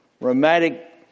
romantic